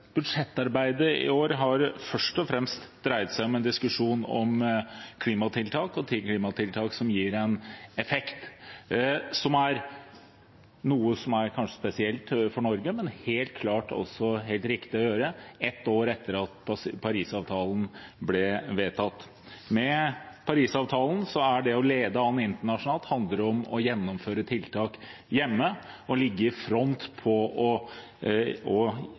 Budsjettarbeidet i år har først og fremst dreid seg om en diskusjon om klimatiltak og om klimatiltak som gir en effekt, noe som kanskje er spesielt for Norge, men helt klart helt riktig å gjøre, ett år etter at Paris-avtalen ble vedtatt. Ifølge Paris-avtalen handler det å lede an internasjonalt om å gjennomføre tiltak hjemme og ligge i front med å oppfylle de forpliktelsene som man har gitt internasjonalt. Dette er et godt klima- og